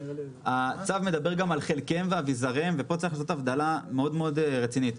הצו מדבר גם על חלקיהם ואביזריהם ופה צריך לעשות הבחנה מאוד רצינית.